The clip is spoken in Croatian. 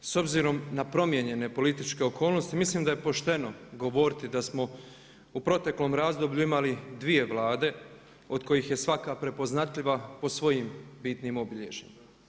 S obzirom na promijenjene političke okolnosti mislim da je pošteno govoriti da smo u proteklom razdoblju imali dvije Vlade od kojih je svaka prepoznatljiva po svojim bitnim obilježjima.